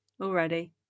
Already